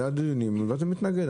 מה זה מתנגד?